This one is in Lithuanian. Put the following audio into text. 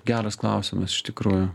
geras klausimas iš tikrųjų